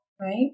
right